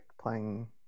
playing